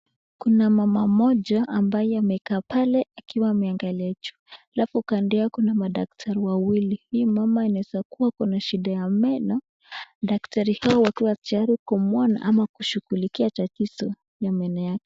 Kuna mama mmoja ambaye amekaa pale akiwa ameangalia juu. Alafu kando yao kuna madaktari wawili. Huyu mama anaeza kua ako na shida ya meno, daktari hawa wakiwa tayari kumuona ama kushughulikia tatizo ya meno yake.